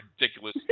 ridiculous